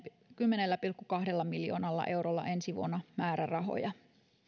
kymmenellä pilkku kahdella miljoonalla eurolla ensi vuonna määrärahoja